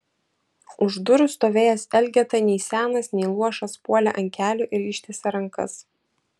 už durų stovėjęs elgeta nei senas nei luošas puolė ant kelių ir ištiesė rankas